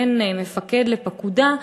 בין מפקד לפקודה,